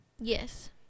Yes